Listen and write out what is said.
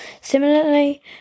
Similarly